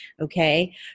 Okay